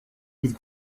with